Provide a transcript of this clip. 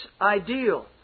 ideal